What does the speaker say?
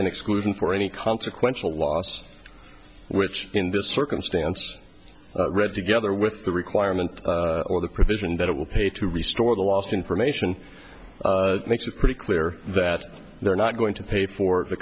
an exclusion for any consequential loss which in this circumstance read together with the requirement or the provision that it will pay to restore the lost information makes it pretty clear that they're not going to pay for the